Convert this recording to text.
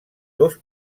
dos